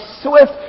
swift